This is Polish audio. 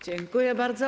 Dziękuję bardzo.